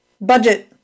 budget